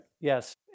yes